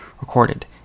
recorded